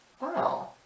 Wow